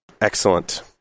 Excellent